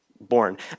born